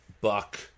Buck